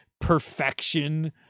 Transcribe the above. perfection